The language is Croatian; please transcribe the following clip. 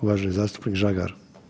Uvaženi zastupnik Žagar.